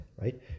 right